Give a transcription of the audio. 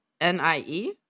N-I-E